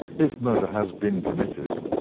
if murder has been committed.